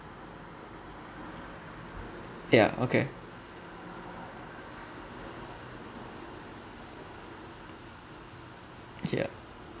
ya okay ya